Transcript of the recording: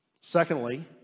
Secondly